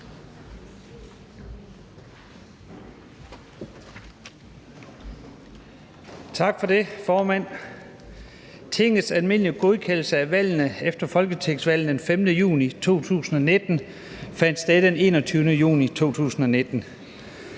Tak for det, formand. Tingets almindelige godkendelse af valgene efter folketingsvalget den 5. juni 2019 fandt sted den 21. juni 2019.